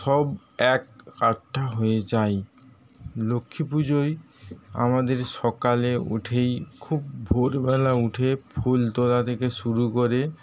সব একাট্টা হয়ে যায় লক্ষ্মী পুজোয় আমাদের সকালে উঠেই খুব ভোরবেলা উঠে ফুল তোলা থেকে শুরু করে